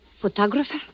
Photographer